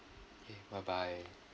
okay bye bye